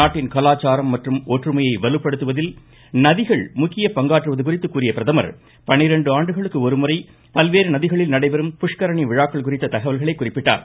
நாட்டின் கலாச்சாரம் மற்றும் ஒற்றுமையை வலுப்படுத்துவதில் நதிகள் முக்கிய பங்காற்றுவது குறித்து கூறிய பிரதமா் பனிரெண்டு ஆண்டுகளுக்கு ஒரு முறை பல்வேறு நதிகளில் நடைபெறும் புஷ்கரணி விழாக்கள் குறித்த தகவல்களை குறிப்பிட்டார்